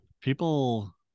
people